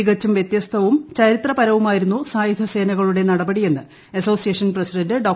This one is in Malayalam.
തികച്ചും വൃതൃസ്തവും ചരിത്രപരവുമായിരുന്നു സായുധസേനകളുടെ നടപടിയെന്ന് അസ്സോസിയേഷൻ പ്രസിഡന്റ് ഡോ